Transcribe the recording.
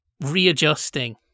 readjusting